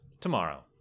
Tomorrow